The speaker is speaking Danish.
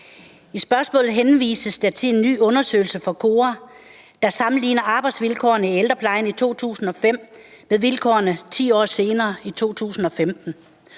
I spørgsmålet henvises der til en ny undersøgelse fra KORA, der sammenligner arbejdsvilkårene i ældreplejen i 2005 med vilkårene 10 år senere,